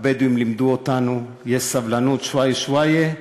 הבדואים לימדו אותנו: יש סבלנות, שוואיה שוואיה.